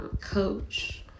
coach